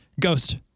Ghost